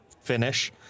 finish